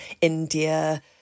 India